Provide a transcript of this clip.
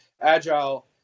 Agile